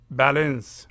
balance